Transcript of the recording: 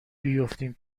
بیفتیم